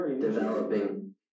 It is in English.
developing